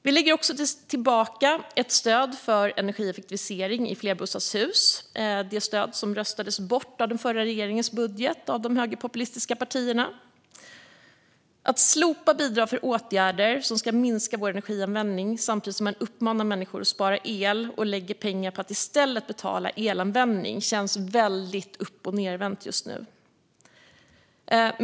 Vi lägger också tillbaka ett stöd för energieffektivisering i flerbostadshus som röstades bort i den förra regeringens budget av de högerpopulistiska partierna. Att slopa bidrag för åtgärder som ska minska vår energianvändning samtidigt som man uppmanar människor att spara el och lägger pengar på att i stället betala för elanvändning känns väldigt uppochnedvänt just nu.